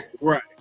right